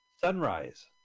Sunrise